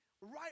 right